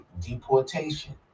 deportation